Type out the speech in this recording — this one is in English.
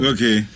Okay